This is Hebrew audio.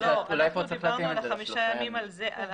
אולי כאן צריך להתאים את זה לשלושה ימים.